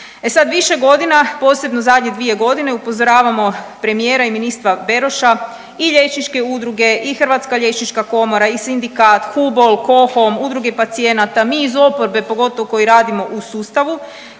više godina, posebno zadnje 2 godine upozoravamo premijera i ministra Beroša i liječnike udruge i Hrvatska liječnika komora i sindikat, HUBOL, KOHOM, udruge pacijenata, mi iz oporbe pogotovo koji radimo u sustavu